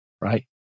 right